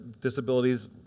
disabilities